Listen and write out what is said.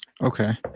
Okay